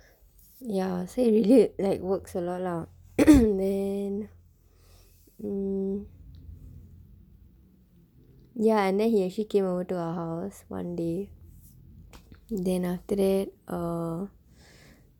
ya so he really like works a lot lah then um ya and then he actually came over to our house one day then after that err